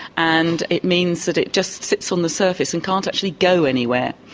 and it means that it just sits on the surface and can't actually go anywhere.